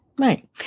Right